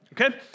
Okay